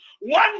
one